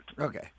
Okay